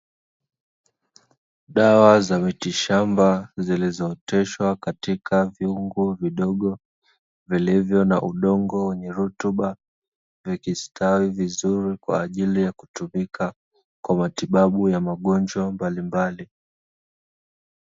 Dawa za mitishamba zilizooteshwa katika vyungu vidogo, vilivyo na udongo wenye rutuba, vikistawi vizuri kwa ajili ya kutumika kwa matibabu ya magonjwa mbalimbali.